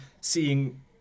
seeing